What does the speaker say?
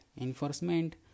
enforcement